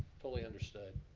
fully understood.